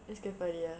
it's quite funny ah